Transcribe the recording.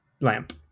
lamp